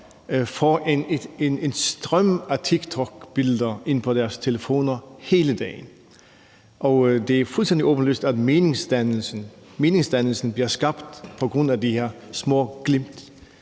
får en strøm af tiktokbilleder ind på deres telefoner hele dagen, og det er fuldstændig åbenlyst, at meningerne bliver skabt på grund af de her små glimt